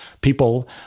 people